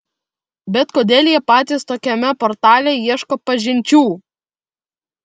bet kodėl jie patys tokiame portale ieško pažinčių